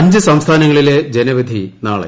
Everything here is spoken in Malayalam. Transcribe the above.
അഞ്ച് സംസ്ഥാനങ്ങളിലെ ജനവിധി നാളെ